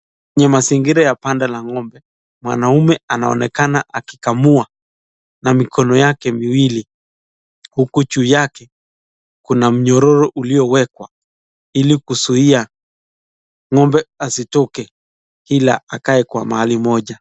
Ni mazingira ya banda la ng'ombe, mwanaume anaonekana akikamua na mikono yake miwili, huku juu yake kuna mnyororo uliowekwa ili kuzuia ng'ombe asitoke ila akae kwa mahali moja.